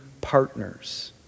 partners